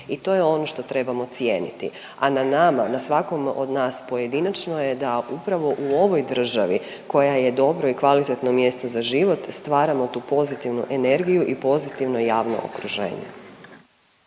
i to je ono što trebamo cijeniti, a na nama, na svakom od nas pojedinačno je da upravo u ovoj državi koja je dobro i kvalitetno mjesto za život stvaramo tu pozitivnu energiju i pozitivno javno okruženje.